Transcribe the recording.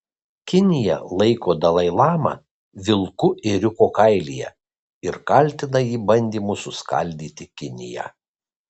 kinija laiko dalai lamą vilku ėriuko kailyje ir kaltina jį bandymu suskaldyti kiniją